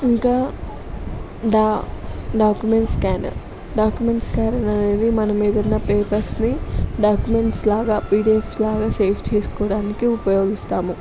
ఇంకా డా documents scanner documents scanner అనేది మన మీద ఉన్న పేపర్స్ని డాక్యుమెంట్స్ లాగా పిడిఎఫ్ లాగా సేవ్ చేసుకోవడానికి ఉపయోగిస్తాము